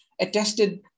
attested